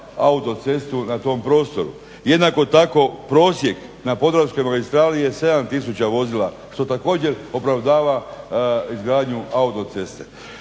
autocestu na tom prostoru. Jednako tako prosjek na podravskoj magistrali je 7 tisuća vozila što također opravdava izgradnju autoceste.